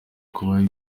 kuba